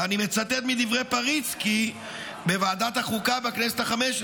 ואני מצטט מדברי פריצקי בוועדת החוקה בכנסת ה-15: